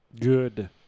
Good